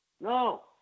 No